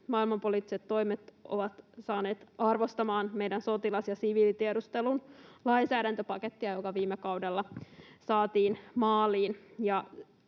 maailmanpoliittiset toimet ovat saaneet arvostamaan meidän sotilas- ja siviilitiedustelun lainsäädäntöpakettia, joka viime kaudella saatiin maaliin.